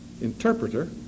Interpreter